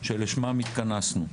שלשמן התכנסנו: